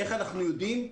איך אנחנו יודעים?